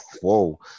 whoa